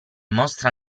mostra